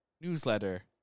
newsletter